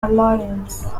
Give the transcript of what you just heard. alliance